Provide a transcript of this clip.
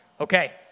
Okay